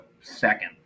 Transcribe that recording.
second